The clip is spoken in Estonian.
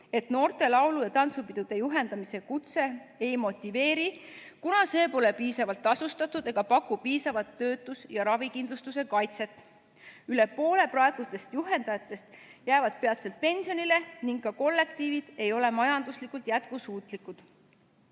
et noorte laulu- ja tantsupidude juhendaja kutse ei motiveeri, kuna see pole piisavalt tasustatud ega paku piisavat töötus- ja ravikindlustuse kaitset. Üle poole praegustest juhendajatest jääb peatselt pensionile ning ka kollektiivid ei ole majanduslikult jätkusuutlikud.